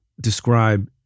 describe